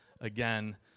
again—